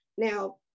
Now